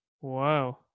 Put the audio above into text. wow